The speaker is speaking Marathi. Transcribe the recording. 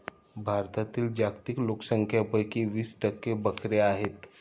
भारतातील जागतिक लोकसंख्येपैकी वीस टक्के बकऱ्या आहेत